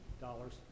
dollars